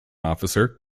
officer